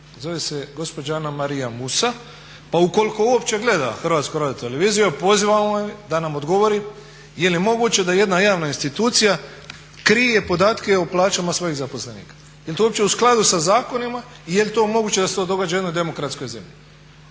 Zove se gospođa Anamaria Musa pa ukoliko uopće gleda HRT pozivamo je da nam odgovori je li moguće da jedna javna institucija krije podatke o plaćama svojih zaposlenika. Je li to uopće u skladu sa zakonima i je li to moguće da se to događa u jednoj demokratskoj zemlji?